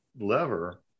lever